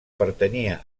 pertanyia